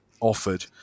offered